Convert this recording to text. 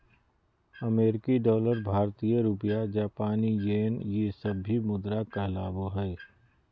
अमेरिकी डॉलर भारतीय रुपया जापानी येन ई सब भी मुद्रा कहलाबो हइ